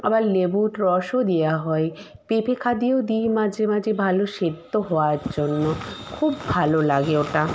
আবার লেবুর রসও দেওয়া হয় পেঁপে ও দিই মাঝে মাঝে ভালো সেদ্ধ হওয়ার জন্য খুব ভালো লাগে ওটা